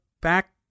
back